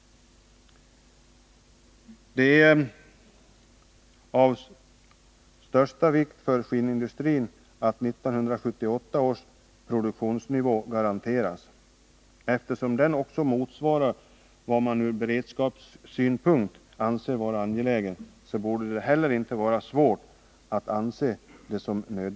Det är av största vikt för skinnindustrin att 1978 års produktionsnivå garanteras. Detta borde inte vara svårt, eftersom den också motsvarar vad man från beredskapssynpunkt anser vara angeläget.